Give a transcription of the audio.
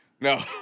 No